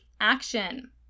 action